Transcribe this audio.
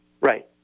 Right